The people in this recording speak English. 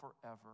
forever